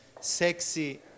sexy